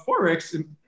forex